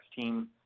team